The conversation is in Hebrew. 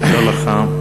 תודה לך.